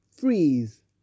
freeze